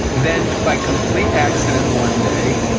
then, by complete accident one day,